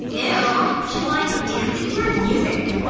eww. she's, like, dancing to her music